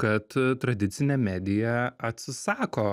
kad tradicinė medija atsisako